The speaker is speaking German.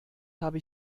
habe